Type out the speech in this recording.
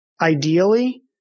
Ideally